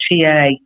TA